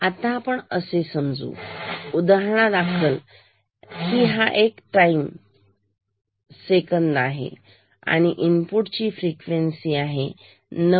आता आपण असे समजू उदाहरणादाखल की टाइम एक सेकंड आहे आणि इनपुट ची फ्रिक्वेन्सी गजरा 9